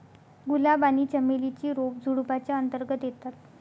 गुलाब आणि चमेली ची रोप झुडुपाच्या अंतर्गत येतात